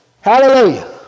Hallelujah